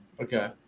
Okay